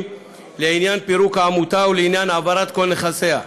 לעניין פירוק העמותה ולעניין העברת כל נכסיה,